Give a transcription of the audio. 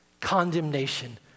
condemnation